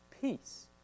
peace